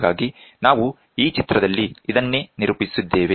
ಹಾಗಾಗಿ ನಾವು ಈ ಚಿತ್ರದಲ್ಲಿ ಇದನ್ನೇ ನಿರೂಪಿಸಿದ್ದೇವೆ